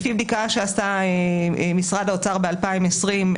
בדיקה שעשה משרד האוצר ב-2020,